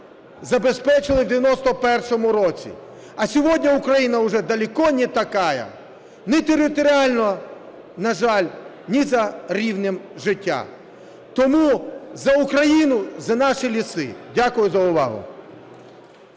забезпечили в 91-му році. А сегодня Украина уже далеко не такая ні територіально, на жаль, ні за рівнем життя. Тому за Україну, за наші ліси! Дякую за увагу.